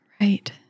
Right